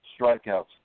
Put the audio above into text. strikeouts